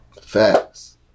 Facts